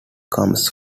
comes